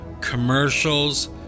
commercials